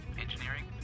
Engineering